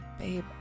Babe